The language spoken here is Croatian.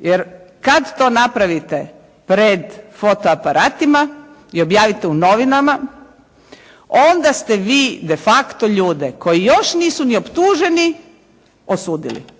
Jer kada to napravite pred fotoaparatima i objavite u novinama onda ste vi de facto ljude koji još nisu ni optuženi, osudili.